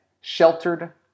sheltered